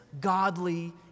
godly